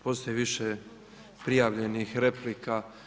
Postoji više prijavljenih replika.